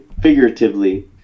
figuratively